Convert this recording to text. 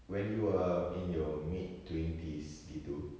when you were in your mid twenties gitu